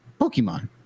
Pokemon